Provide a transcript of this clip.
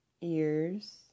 ears